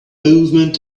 movement